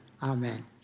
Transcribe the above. Amen